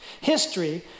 history